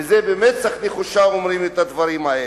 ובמצח נחושה אומרים את הדברים האלה.